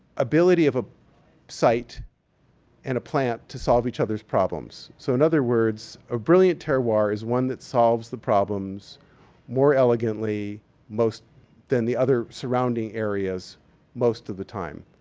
ability of a site and a plant to solve each other's problems. so in other words, a brilliant terroir is one that solves the problems more elegantly than the other surrounding areas most of the time,